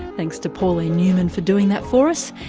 thanks to pauline newman for doing that for us,